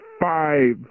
Five